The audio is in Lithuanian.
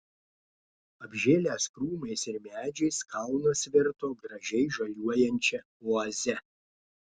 apžėlęs krūmais ir medžiais kalnas virto gražiai žaliuojančia oaze